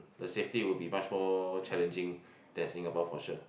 the safety will be much more challenging than Singapore for sure